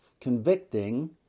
convicting